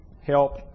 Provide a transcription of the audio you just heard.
help